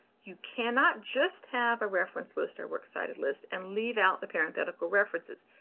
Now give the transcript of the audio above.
you cannot just have a reference list or works cited list and leave out the parenthetical references.